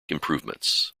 improvements